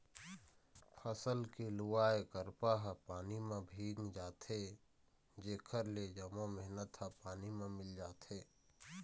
फसल के लुवाय करपा ह पानी म भींग जाथे जेखर ले जम्मो मेहनत ह पानी म मिल जाथे